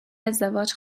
ازدواج